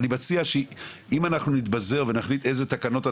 אם נתפזר פה ונדון באילו תקנות עושים,